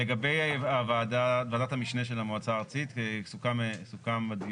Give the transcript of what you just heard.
לגבי ועדת המשנה של המועצה הארצית סוכם בדיון